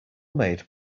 made